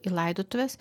į laidotuves